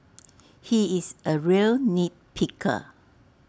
he is A real nit picker